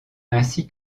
ainsi